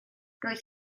roedd